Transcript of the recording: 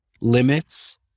limits